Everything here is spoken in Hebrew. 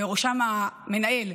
בראשם המנהל,